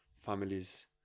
families